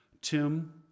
Tim